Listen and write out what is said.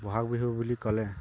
বহাগ বিহু বুলি ক'লে